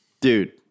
Dude